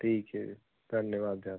ਠੀਕ ਹੈ ਧੰਨਵਾਦ ਸਰ